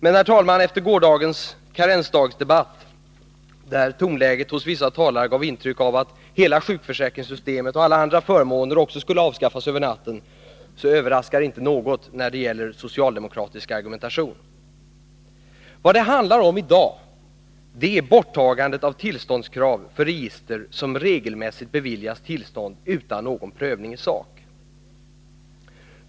Men, herr talman, efter gårdagens karensdagsdebatt, där tonläget hos vissa talare gav intryck av att hela sjukförsäkringssystemet och alla andra förmåner också skulle avskaffas över natten, överraskar inte något när det gäller socialdemokratisk argumentation. Vad det handlar om i dag är borttagande av tillståndskrav för register som regelmässigt beviljas tillstånd utan någon prövning i sak.